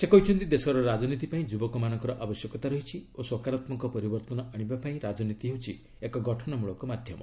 ସେ କହିଛନ୍ତି ଦେଶର ରାଜନୀତି ପାଇଁ ଯୁବକମାନଙ୍କର ଆବଶ୍ୟକତା ରହିଛି ଓ ସକାରାତ୍ମକ ପରିବର୍ତ୍ତନ ଆଣିବା ପାଇଁ ରାଜନୀତି ହେଉଛି ଏକ ଗଠନ ମୂଳକ ମାଧ୍ୟମ